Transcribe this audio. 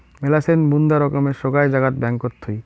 মেলাছেন বুন্দা রকমের সোগায় জাগাত ব্যাঙ্কত থুই